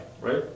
right